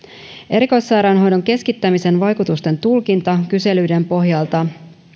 erikoissairaanhoidon keskittämisen vaikutusten tulkinta kyselyiden pohjalta